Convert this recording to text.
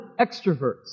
extroverts